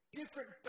different